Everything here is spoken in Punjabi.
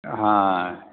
ਹਾਂ